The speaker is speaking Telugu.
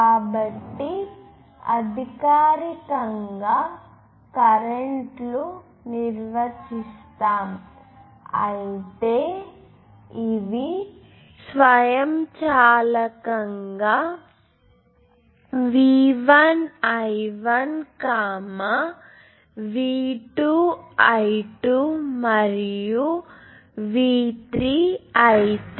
కాబట్టి అధికారికంగా కరెంటు లు నిర్వచిస్తాము అయితే ఇవి స్వయంచాలకంగా V1I1 V2I2 మరియు V3I3